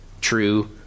true